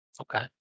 Okay